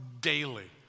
daily